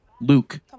Luke